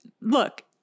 look